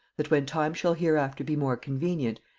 that, when time shall hereafter be more convenient,